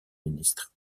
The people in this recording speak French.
ministre